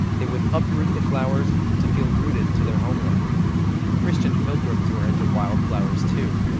they would uproot the flowers to feel rooted to their homeland christian pilgrims were into wildflowers too.